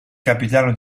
capitano